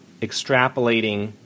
extrapolating